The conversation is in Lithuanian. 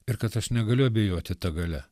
ir kad aš negaliu abejoti ta galia